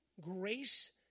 grace